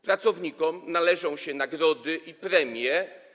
Pracownikom należą się nagrody i premie.